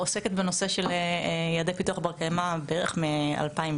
עוסקת בנושא של יעדי פיתוח בר קיימא בערך מ-2017,